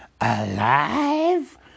Alive